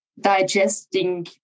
digesting